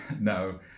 no